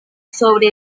sobre